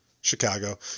Chicago